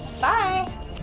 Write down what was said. Bye